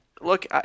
look